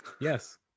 yes